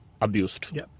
abused